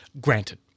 granted